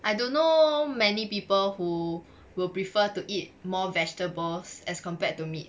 I don't know many people who will prefer to eat more vegetables as compared to meet